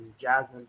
Jasmine